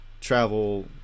travel